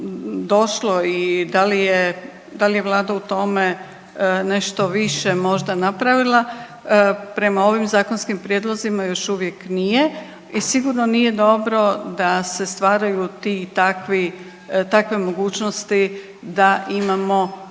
da li je, da li je vlada u tome nešto više možda napravila. Prema ovim zakonskim prijedlozima još uvijek nije i sigurno nije dobro da se stvaraju ti i takvi, takve mogućnosti da imamo